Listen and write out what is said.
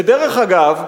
ודרך אגב,